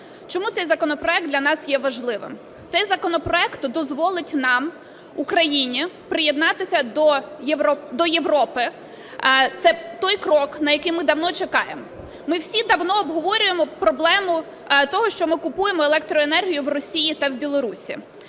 Чому цей законопроект для нас є важливим? Цей законопроект дозволить нам, Україні, приєднатися до Європи. Це той крок, на який ми давно чекаємо. Ми всі давно обговорюємо проблему того, що ми купуємо електроенергію в Росії та Білорусі.